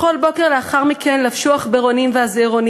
בכל בוקר לאחר מכן לבשו העכברונים והזעירונים